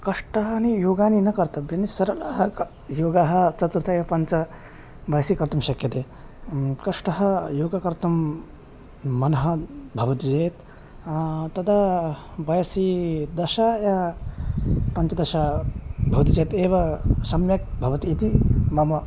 कष्टानि योगानि न कर्तव्यानि सरलाः कः योगः चतुर्थे पञ्चमे वयसि कर्तुं शक्यते कष्टं योगः कर्तुं मनः भवति चेत् तदा वयसि दश य पञ्चदश भवति चेत् एव सम्यक् भवति इति मम